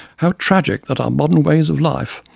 how tragic that our modern ways of life,